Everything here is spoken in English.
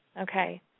Okay